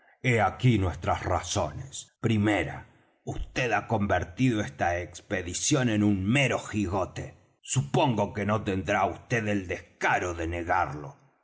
aquí nuestras razones primera vd ha convertido esta expedición en un mero jigote supongo que no tendrá vd el descaro de negarlo